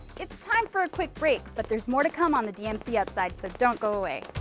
it's time for a quick break but there's more to come on the dmc upside, so don't go away.